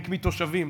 ריק מתושבים,